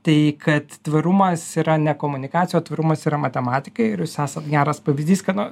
tai kad tvarumas yra ne komunikacija o tvarumas yra matematika ir jūs esate geras pavyzdys ka nu